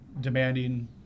demanding